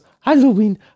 halloween